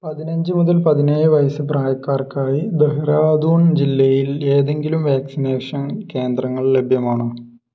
പതിനഞ്ച് മുതല് പതിനേഴ് വയസ്സ് പ്രായക്കാർക്കായി ദെഹ്രാദൂൺ ജില്ലയിൽ ഏതെങ്കിലും വാക്സിനേഷൻ കേന്ദ്രങ്ങൾ ലഭ്യമാണോ